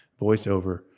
voiceover